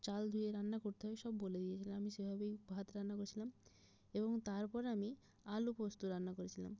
চাল ধুয়ে রান্না করতে হবে সব বলে দিয়েছিল আমি সেভাবেই ভাত রান্না করেছিলাম এবং তারপর আমি আলুপোস্ত রান্না করেছিলাম